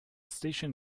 station